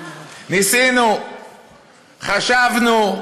ניסינו, חשבנו: